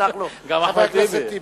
תסלח לו, חבר הכנסת טיבי.